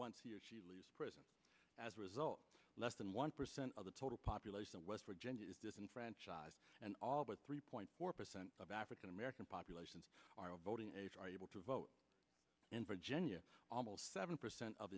once he or she leaves prison as a result less than one percent of the total population of west virginia is disenfranchised and all but three point four percent of african american populations voting age are able to vote in virginia almost seven percent of